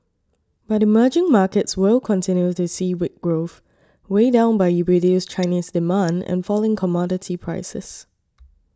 but emerging markets will continue to see weak growth weighed down by reduced Chinese demand and falling commodity prices